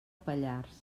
pallars